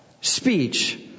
speech